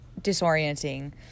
disorienting